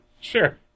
Sure